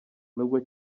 n’ubwo